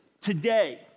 Today